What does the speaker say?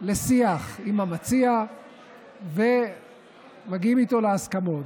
לשיח עם המציע ומגיעים איתו להסכמות.